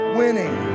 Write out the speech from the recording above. winning